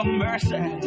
mercy